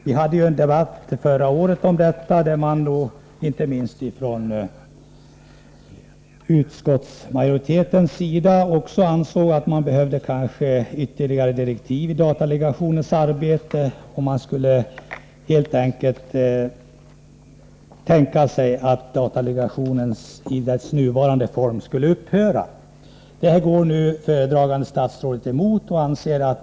Vi hade en debatt om det förra året. Inte minst utskottsmajoriteten ansåg då att det behövdes ytterligare direktiv för datadelegationens arbete — om man inte helt enkelt skulle tänka sig att datadelegationen i sin nuvarande utformning skulle upphöra. Föredragande statsrådet går emot kravet på nya direktiv.